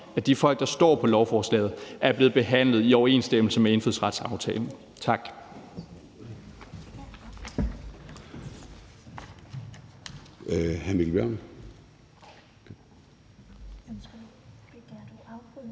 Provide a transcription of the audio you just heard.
at de folk, der står på lovforslaget, er blevet behandlet i overensstemmelse med indfødsretsaftalen. Tak.